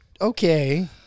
Okay